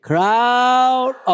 Crowd